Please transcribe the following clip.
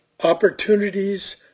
Opportunities